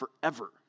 forever